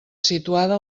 situada